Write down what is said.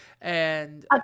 And-